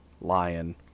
Lion